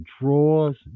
drawers